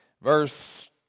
Verse